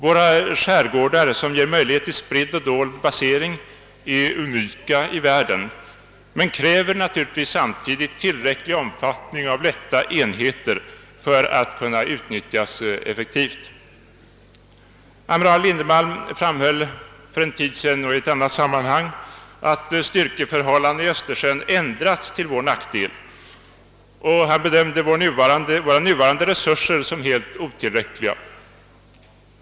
Våra skärgårdar, som ger möjlighet till spridd och dold basering, är unika i världen men kräver naturligtvis samtidigt tillräcklig omfattning av lätta enheter för att kunna utnyttjas effektivt. Amiral Lindemalm framhöll för en tid sedan i annat sammanhang att styrkeförhållandena i Östersjön har ändrats till vår nackdel, och han bedömde våra nuvarande resurser som helt otillräckliga.